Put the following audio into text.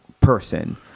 person